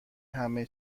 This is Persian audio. همه